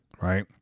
right